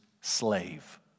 slave